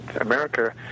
America